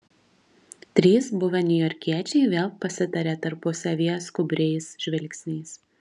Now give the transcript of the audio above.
trys buvę niujorkiečiai vėl pasitarė tarpusavyje skubriais žvilgsniais